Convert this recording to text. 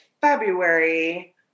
February